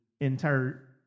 entire